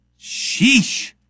Sheesh